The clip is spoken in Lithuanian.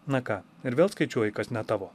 na ką ir vėl skaičiuoji kas ne tavo